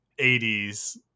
80s